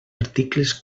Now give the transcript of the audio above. articles